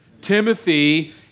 Timothy